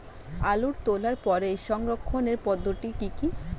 আলু তোলার পরে তার সংরক্ষণের পদ্ধতি কি কি?